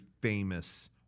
famous